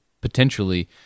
potentially